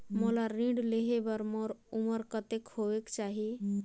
मोला ऋण लेहे बार मोर उमर कतेक होवेक चाही?